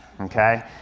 Okay